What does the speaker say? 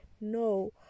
No